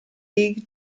league